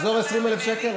אזור 20,000 שקל.